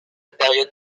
période